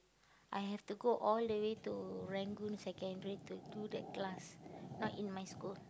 I have to go all the way to Rangoon secondary to do that class not in my school